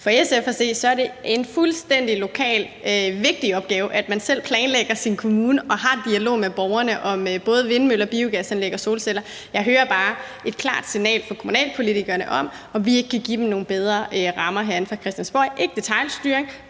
For SF at se er det en fuldstændig lokal vigtig opgave, at man i sin kommune selv planlægger og har en dialog med borgerne om både vindmøller, biogasanlæg og solceller. Jeg hører bare et klart signal fra kommunalpolitikerne om, om vi herinde fra Christiansborg ikke kan